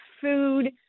food